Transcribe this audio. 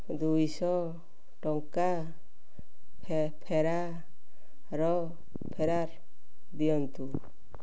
ଦୁଇଶହ ଟଙ୍କା ଫେରାର୍ ଦିଅନ୍ତୁ